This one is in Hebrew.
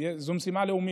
זו משימה לאומית.